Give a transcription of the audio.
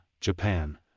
Japan